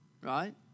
Right